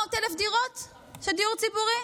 400,000 דירות של דיור ציבורי?